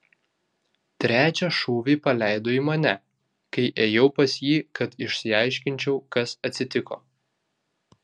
trečią šūvį paleido į mane kai ėjau pas jį kad išsiaiškinčiau kas atsitiko